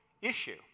issue